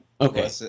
Okay